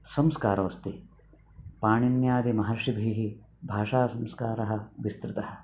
संस्कारो अस्ति पाणिन्यादि महर्षिभिः भाषासंस्कारः विस्तृतः